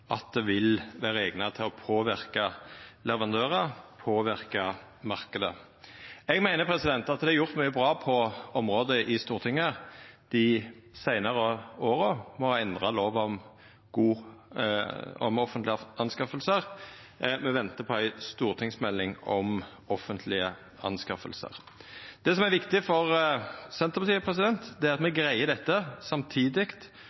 at det vil vera eigna til å påverka leverandørar og marknaden. Eg meiner at det er gjort mykje bra i Stortinget på området dei seinare åra. Me har endra lova om offentlege anskaffingar, og me ventar på ei stortingsmelding om offentlege anskaffingar. Det som er viktig for Senterpartiet, er at me greier dette samtidig